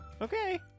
Okay